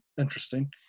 interesting